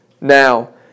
now